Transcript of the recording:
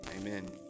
amen